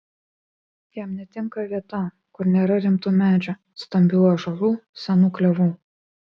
jam netinka vieta kur nėra rimtų medžių stambių ąžuolų senų klevų